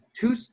two